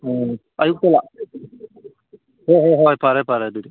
ꯎꯝ ꯑꯌꯨꯛꯇ ꯍꯣꯏ ꯍꯣꯏ ꯍꯣꯏ ꯐꯔꯦ ꯐꯔꯦ ꯑꯗꯨꯗꯤ